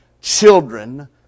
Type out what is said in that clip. children